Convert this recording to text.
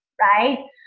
right